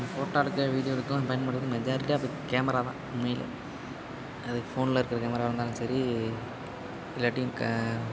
photo எடுக்க video எடுக்கலாம் பயன்படுவது மெஜாரிட்டியாக இப்போ கேமராதான் உண்மையிலேயே அது ஃபோனில் இருக்கிற கேமராவாக இருந்தாலும் சரி இல்லாட்டி